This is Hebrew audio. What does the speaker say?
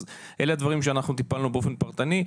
אז אלה הדברים שאנחנו טיפלנו באופן פרטני,